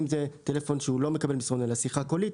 אם הוא מקבל שיחה קולית,